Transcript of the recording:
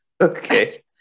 Okay